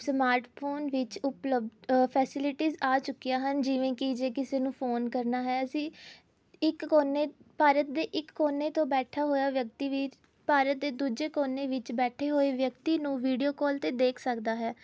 smartphone ਵਿੱਚ ਉਪਲਬਧ facilities ਆ ਚੁੱਕੀਆਂ ਹਨ ਜਿਵੇਂ ਕਿ ਜੇ ਕਿਸੇ ਨੂੰ ਫੋਨ ਕਰਨਾ ਹੈ ਅਸੀਂ ਇੱਕ ਕੋਨੇ ਭਾਰਤ ਦੇ ਇੱਕ ਕੋਨੇ ਤੋਂ ਬੈਠਾ ਹੋਇਆ ਵਿਅਕਤੀ ਵੀ ਭਾਰਤ ਦੇ ਦੂਜੇ ਕੋਨੇ ਵਿੱਚ ਬੈਠੇ ਹੋਏ ਵਿਅਕਤੀ ਨੂੰ ਵੀਡੀਓ ਕਾਲ 'ਤੇ ਦੇਖ ਸਕਦਾ ਹੈ